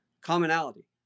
commonality